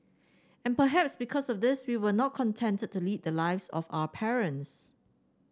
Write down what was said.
and perhaps because of this we were not contented to lead the lives of our parents